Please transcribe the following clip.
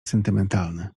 sentymentalny